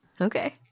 Okay